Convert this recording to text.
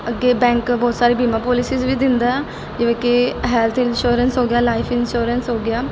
ਅੱਗੇ ਬੈਂਕ ਬਹੁਤ ਸਾਰੇ ਬੀਮਾ ਪੋਲੀਸਿਸ ਵੀ ਦਿੰਦਾ ਜਿਵੇਂ ਕਿ ਹੈਲਥ ਇੰਸ਼ੋਰੈਂਸ ਹੋ ਗਿਆ ਲਾਈਫ ਇੰਸ਼ੋਰੈਂਸ ਹੋ ਗਿਆ